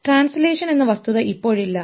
translation എന്ന വസ്തുത ഇപ്പോഴില്ല